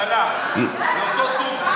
בהשאלה, מאותו סוג.